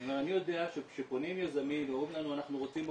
אני יודע שכשפונים יזמים ואומרים לנו 'אנחנו רוצים אורכות'